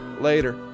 Later